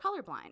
colorblind